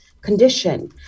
condition